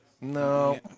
No